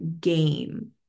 game